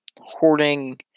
hoarding